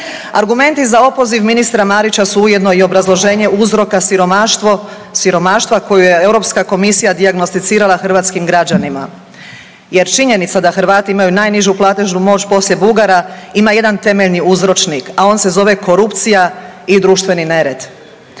Argumenti za opoziv ministra Marića su ujedno i obrazloženje uzroka siromaštva koju je Europska Komisija dijagnosticirala hrvatskim građanima. Jer činjenica da Hrvati imaju najnižu platežnu moć poslije Bugara ima jedan temeljni uzročnik, a on se zove korupcija i društveni nered.